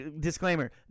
disclaimer